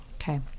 Okay